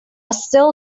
still